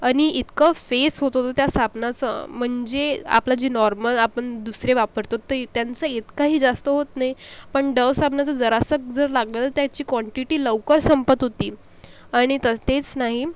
आणि इतकं फेस होत होतं त्या साबणाचं म्हणजे आपला जे नॉर्मल आपण दुसरे वापरतो तर इ त्यांचं इतकाही जास्त होत नाही पण डव साबणाचा जरासा जर लागलं त्याची कॉन्टिटी लवकर संपत होती आणि तर तेस नाही